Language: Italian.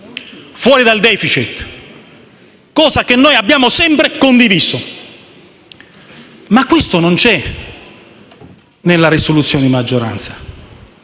fuori dal *deficit*, cosa che noi abbiamo sempre condiviso. Ma questo non c'è nella risoluzione di maggioranza.